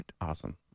Awesome